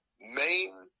main